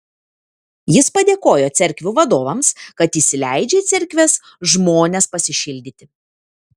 jis padėkojo cerkvių vadovams kad įsileidžia į cerkves žmones pasišildyti